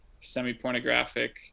semi-pornographic